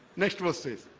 next verse says